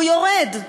הוא יורד.